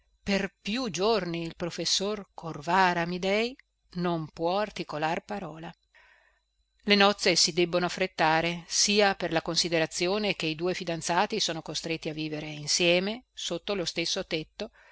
per più giorni il professor corvara amidei non può articolar parola le nozze si debbono affrettare sia per la considerazione che i due fidanzati sono costretti a vivere insieme sotto lo stesso tetto